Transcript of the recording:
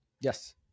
Yes